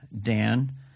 Dan